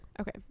okay